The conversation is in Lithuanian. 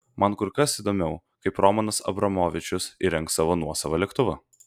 man kur kas įdomiau kaip romanas abramovičius įrengs savo nuosavą lėktuvą